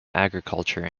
agriculture